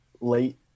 late